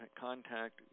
contact